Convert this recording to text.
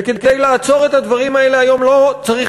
וכדי לעצור את הדברים האלה היום לא צריך